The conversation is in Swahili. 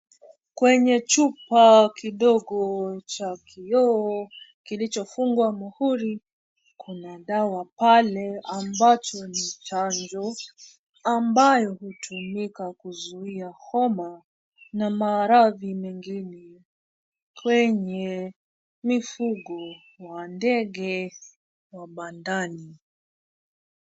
Kwenye chupa kidogo cha kioo, kilichofungwa muhuri; kuna dawa pale ambacho ni chanjo ambaye hutumika kuzuia homa na maradhi mengine kwenye mifugo na ndege wa bandani.